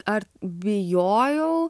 ar bijojau